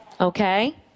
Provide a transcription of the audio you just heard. Okay